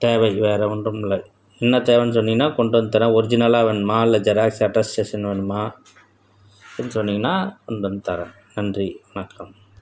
தேவை வேற ஒன்றுமில்ல என்னத் தேவைன்னு சொன்னீங்கன்னால் கொண்டு வந்து தரேன் ஒரிஜினலா வேணுமா இல்லை ஜெராக்ஸ் அட்டஸ்டேஷன் வேணுமா எப்படின்னு சொன்னீங்கன்னால் கொண்டுவந்து தரேன் நன்றி வணக்கம்